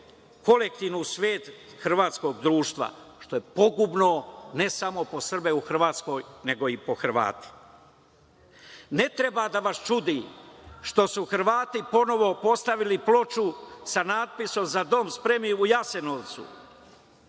kolektivnu svest hrvatskog društva, što je pogubno ne samo po Srbe u Hrvatskoj nego i po Hrvate. Ne treba da vas čudi što su Hrvati ponovo postavili ploču sa natpisom „za dom spremni“ u Jasenovcu,